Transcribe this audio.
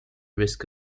risk